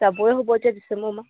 যাবই হ'ব এতিয়া ডিচেম্বৰ মাহ